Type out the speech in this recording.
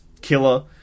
killer